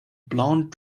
blond